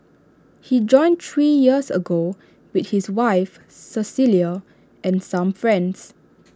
he joined three years ago with his wife Cecilia and some friends